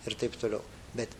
ir taip toliau bet